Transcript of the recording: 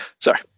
sorry